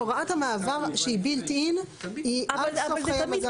הוראת המעבר שהיא built-in היא עד סוף חיי המדף.